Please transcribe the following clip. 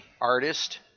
artist